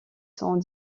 sont